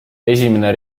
esimene